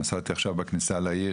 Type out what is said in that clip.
נסעתי עכשיו בכניסה לעיר,